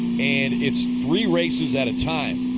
and it's three races at a time.